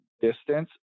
distance